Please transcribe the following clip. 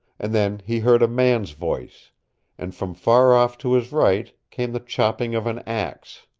and then he heard a man's voice and from far off to his right came the chopping of an axe.